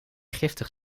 giftig